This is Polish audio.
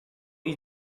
iść